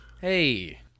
hey